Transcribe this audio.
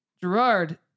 Gerard